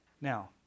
Now